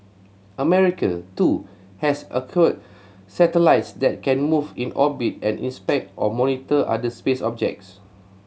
America too has acquired satellites that can move in orbit and inspect or monitor other space objects